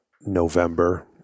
November